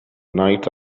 night